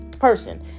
person